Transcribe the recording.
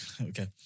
Okay